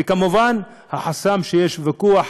וכמובן החסם שיש ויכוח